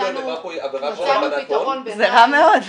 זה רע מאוד.